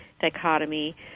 dichotomy